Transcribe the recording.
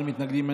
אין מתנגדים,